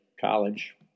college